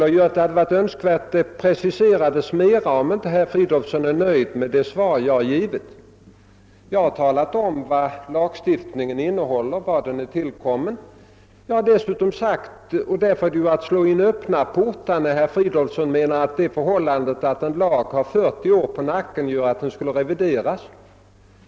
Om herr Fridolfsson inte är nöjd med det svar som jag har givit borde han ha preciserat sin fråga. Jag har talat om vad lagen innehåller. Herr Fridolfsson slår in öppna portar när han säger att det förhållandet att en lag har 40 år på nacken gör att den bör revideras.